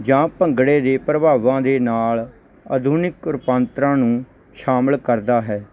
ਜਾਂ ਭੰਗੜੇ ਦੇ ਪ੍ਰਭਾਵਾਂ ਦੇ ਨਾਲ ਆਧੁਨਿਕ ਰੂਪਾਂਤਰਾਂ ਨੂੰ ਸ਼ਾਮਲ ਕਰਦਾ ਹੈ